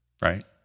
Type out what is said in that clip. Right